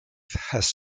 has